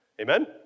amen